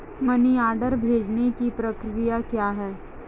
Money order भेजने की प्रक्रिया क्या है?